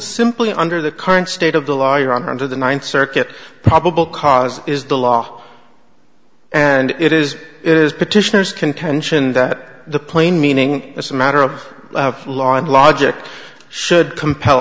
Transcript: simply under the current state of the liar on under the ninth circuit probable cause is the law and it is it is petitioners contention that the plain meaning as a matter of law and logic should compel